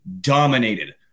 dominated